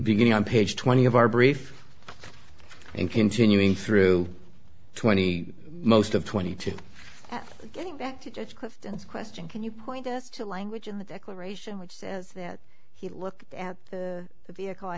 beginning on page twenty of our brief and continuing through twenty most of twenty two getting back to judge questions question can you point us to language in the declaration which says that he looked at the vehicle i